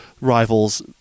rivals